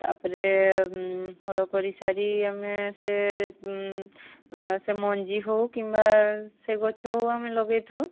ତା'ପରେ ହଳ କରିସାରି ଆମେ ସେ ସେ ମଞ୍ଜି ହଉ କିମ୍ବା ସେ ଗଛ ହଉ ଆମେ ଲଗାଇଥାଉ